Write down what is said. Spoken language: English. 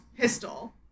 pistol